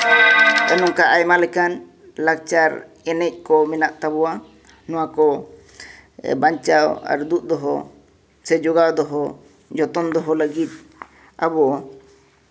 ᱱᱚᱝᱠᱟ ᱟᱭᱢᱟ ᱞᱮᱠᱟᱱ ᱞᱟᱠᱪᱟᱨ ᱮᱱᱮᱡ ᱠᱚ ᱢᱮᱱᱟᱜ ᱛᱟᱵᱚᱱᱟ ᱱᱚᱣᱟᱠᱚ ᱵᱟᱧᱪᱟᱣ ᱟᱨ ᱫᱩᱜ ᱫᱚᱦᱚ ᱥᱮ ᱡᱳᱜᱟᱣ ᱫᱚᱦᱚ ᱡᱚᱛᱚᱱ ᱫᱚᱦᱚ ᱞᱟᱹᱜᱤᱫ ᱟᱵᱚ